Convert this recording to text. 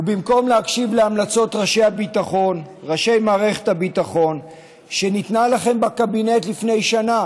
ובמקום להקשיב להמלצות ראשי מערכת הביטחון שניתנו לכם בקבינט לפני שנה,